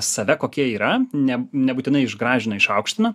save kokie yra ne nebūtinai išgražina išaukština